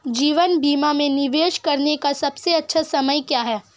जीवन बीमा में निवेश करने का सबसे अच्छा समय क्या है?